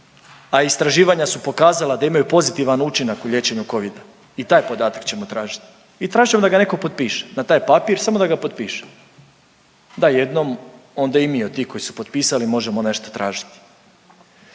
a istraživanja su pokazala da imaju pozitivan učinak u liječenju Covida? I taj podatak ćemo tražiti i tražit ćemo da ga netko potpiše, na taj papir, samo da ga potpiše. Da jednom, onda i mi od tih koji su potpisali možemo nešto tražiti.